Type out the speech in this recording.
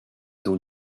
dans